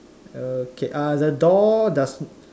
okay uh the door does